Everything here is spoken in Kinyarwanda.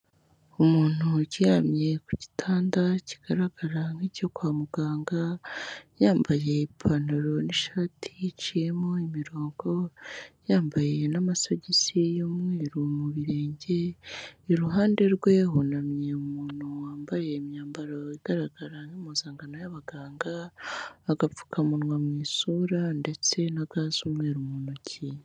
Umuntu uryamye ku gitanda kigaragara nk'icyo kwa muganga, yambaye ipantaro n'ishati iciyemo imirongo, yambaye n'amasogisi y'umweru mu birenge, iruhande rwe hunamye umuntu wambaye imyambaro igaragara nk'ampuzangano y'abaganga, agapfukamunwa mu isura ndetse na ga z'umweru mu ntoki.